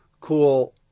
cool